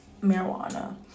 marijuana